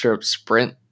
sprint